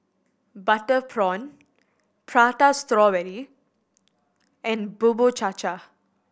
butter prawn Prata Strawberry and Bubur Cha Cha